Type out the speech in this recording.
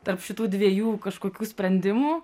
tarp šitų dviejų kažkokių sprendimų